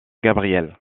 gabriel